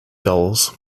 gules